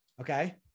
Okay